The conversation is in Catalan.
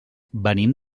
venim